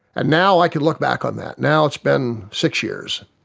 and now i can look back on that, now it's been six years.